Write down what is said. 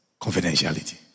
confidentiality